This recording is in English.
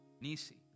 Nisi